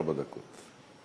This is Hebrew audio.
ארבע דקות.